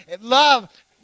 Love